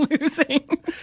losing